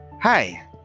Hi